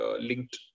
linked